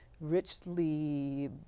richly